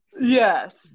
yes